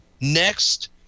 next